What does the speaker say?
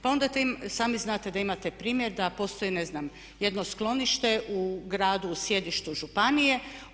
Pa onda sami znate da imate primjer da postoji ne znam jedno sklonište u gradu u sjedištu županije.